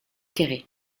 quéré